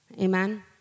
amen